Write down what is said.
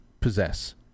possess